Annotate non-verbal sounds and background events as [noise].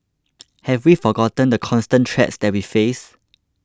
[noise] have we forgotten the constant threats that we face